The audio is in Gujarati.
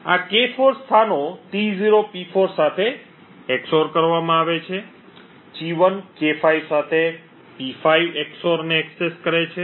આ K4 સ્થાનો T0 P4 સાથે XOR કરવામાં આવે છે T1 K5 સાથે P5 XOR ને એક્સેસ કરે છે